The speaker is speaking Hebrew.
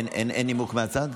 אין נימוק מהצד?